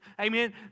Amen